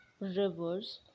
rivers